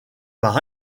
par